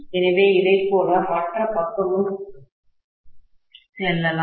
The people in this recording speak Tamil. எனவே இதேபோல் மற்ற பக்கமும் செல்லலாம்